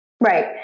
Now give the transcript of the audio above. Right